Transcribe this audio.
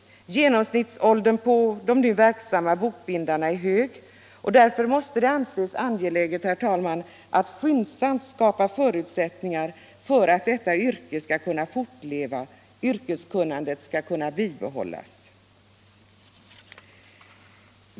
Genomsnittsåldern på nu verksamma bokbindare är hög, varför det måste anses angeläget, herr talman, att skyndsamt skapa förutsättningar för att bokbinderiyrket kan fortleva och yrkeskunnandet bibehållas.